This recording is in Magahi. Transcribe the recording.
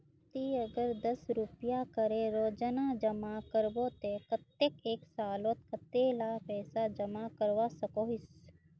ती अगर दस रुपया करे रोजाना जमा करबो ते कतेक एक सालोत कतेला पैसा जमा करवा सकोहिस?